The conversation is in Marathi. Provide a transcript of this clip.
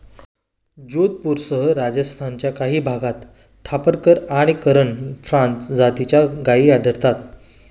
जोधपूरसह राजस्थानच्या काही भागात थापरकर आणि करण फ्राय जातीच्या गायी आढळतात